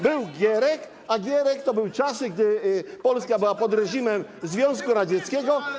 Był Gierek, a Gierek to był czas, gdy Polska była pod reżimem Związku Radzieckiego.